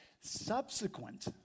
Subsequent